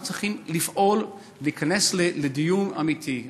אנחנו צריכים לפעול ולהיכנס לדיון אמיתי.